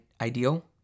ideal